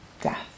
Death